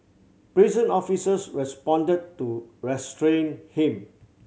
prison officers responded to restrain him